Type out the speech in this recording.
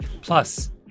Plus